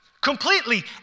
Completely